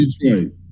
Detroit